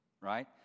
right